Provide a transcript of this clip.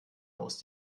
aus